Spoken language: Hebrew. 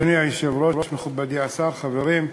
אדוני היושב-ראש, מכובדי השר, חברים,